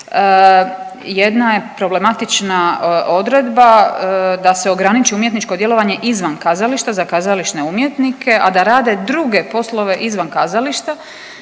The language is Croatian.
jedna je problematična odredba da se ograniči umjetničko djelovanje izvan kazališta za kazališne umjetnike, a da rade druge poslove izvan kazališta,